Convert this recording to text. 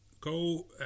Go